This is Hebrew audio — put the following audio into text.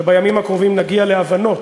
שבימים הקרובים נגיע להבנות